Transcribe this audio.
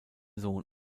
sohn